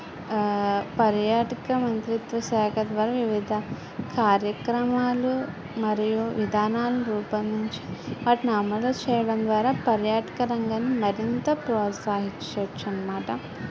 పర్యాటక మంత్రిత్వ శాఖ ద్వారా వివిధ కార్యక్రమాలు మరియు విధానాలు రూపొందించి వాటిని అమలు చేయడం ద్వారా పర్యాటక రంగాన్ని మరింత ప్రోత్సాహిచ్చచ్చు అనమాట